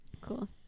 cool